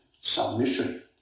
submission